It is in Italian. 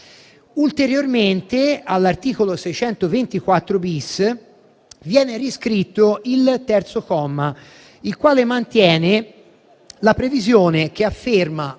Ulteriormente, all'articolo 624-*bis*, viene riscritto il terzo comma, il quale mantiene la previsione che afferma